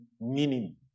meaning